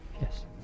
Yes